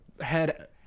head